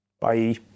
Bye